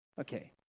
Okay